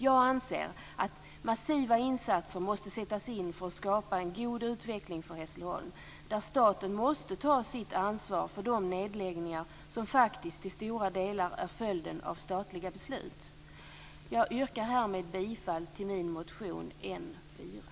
Jag anser att massiva insatser måste sättas in för att skapa en god utveckling för Hässleholm, där staten måste ta sitt ansvar för de nedläggningar som faktiskt till stora delar är följden av statliga beslut. Jag yrkar härmed bifall till min motion N4.